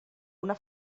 una